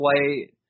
play